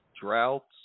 Droughts